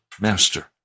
master